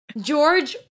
George